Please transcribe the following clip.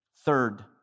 Third